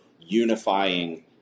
unifying